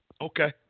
okay